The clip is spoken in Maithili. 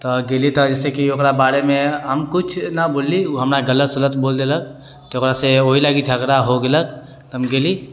तऽ गेलिए तऽ जइसे कि ओकरा बारेमे हम किछु नहि बोललीह ओ हमरा गलत सलत बोलि देलक तऽ ओकरासँ ओहि लऽ कऽ झगड़ा हो गेलक तऽ हम गेली